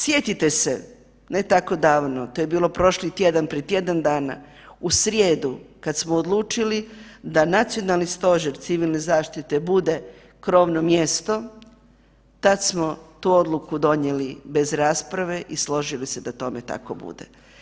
Sjetite se, ne tako davno, to je bilo prošli tjedan, prije tjedan dana, u srijedu kad smo odlučili da Nacionalni stožer civilne zaštite bude krovno mjesto tad smo tu odluku donijeli bez rasprave i složili se da tome tako bude.